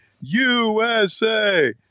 USA